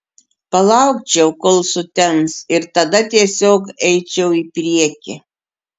palaukčiau kol sutems ir tada tiesiog eičiau į priekį